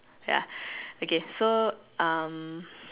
ya okay so um